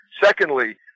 Secondly